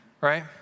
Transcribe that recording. right